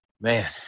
Man